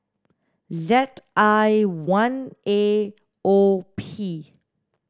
Z I one A O P